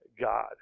God